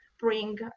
bring